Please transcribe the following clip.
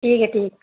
ٹھیک ہے ٹھیک